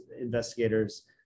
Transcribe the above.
investigators